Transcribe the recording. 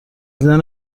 دیدن